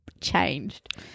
changed